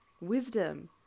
wisdom